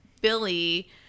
Billy